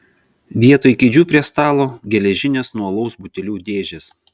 vietoj kėdžių prie stalo geležinės nuo alaus butelių dėžės